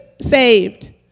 saved